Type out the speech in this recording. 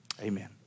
Amen